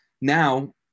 now